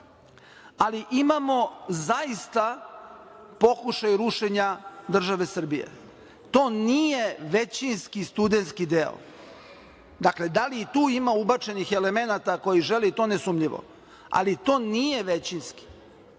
ali imamo zaista pokušaj rušenja države Srbije. To nije većinski studentski deo. Dakle, da li i tu ima ubačenih elemenata koji žele? To je nesumnjivo, ali to nije većinski. Ono